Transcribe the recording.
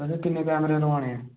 तुसें किन्ने कैमरे लोआने